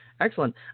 excellent